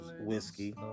whiskey